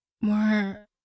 more